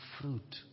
fruit